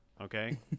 okay